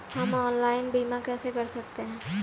हम ऑनलाइन बीमा कैसे कर सकते हैं?